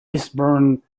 eastbourne